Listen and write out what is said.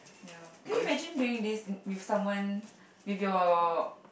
ya can you imagine doing this with someone with your